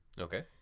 okay